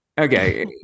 Okay